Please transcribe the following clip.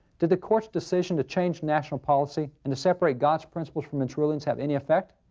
did the court's decision to change national policy, and to separate god's principles from its rulings, have any effect?